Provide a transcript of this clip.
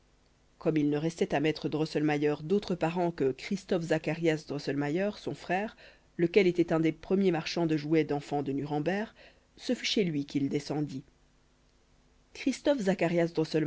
comme il ne restait à maître drosselmayer d'autre parent que christophe zacharias drosselmayer son frère lequel était un des premiers marchands de jouets d'enfants de nuremberg ce fut chez lui qu'il descendit